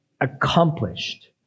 accomplished